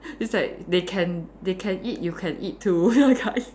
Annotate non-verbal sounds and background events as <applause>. it's like they can they can eat you can eat too <laughs> that kind